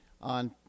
on